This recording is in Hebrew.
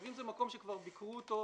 אם זה מקום שכבר ביקרו אותו,